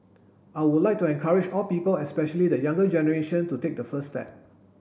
I would like to encourage all people especially the younger generation to take the first step